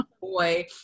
boy